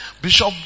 Bishop